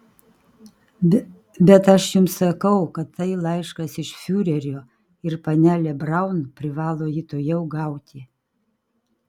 bet aš jums sakau kad tai laiškas iš fiurerio ir panelė braun privalo jį tuojau gauti